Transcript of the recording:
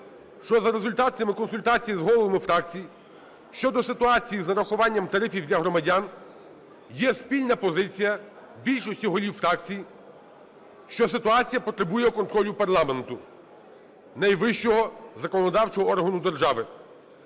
що за результатами консультацій з головами фракцій щодо ситуації з нарахуванням тарифів для громадян є спільна позиція більшості голів фракцій, що ситуація потребує контролю парламенту – найвищого законодавчого органу держави.